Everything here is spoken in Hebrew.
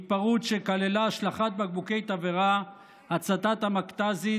התפרעות שכללה השלכת בקבוקי תבערה והצתת המכת"זית,